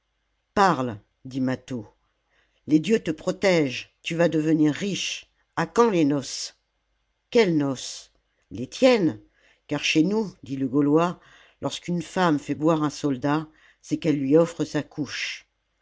parle dit mâtho les dieux te protègent tu vas devenir riche a quand les noces quelles noces les tiennes car chez nous dit le gaulois lorsqu'une femme fait boire un soldat c'est qu'elle lui offre sa couche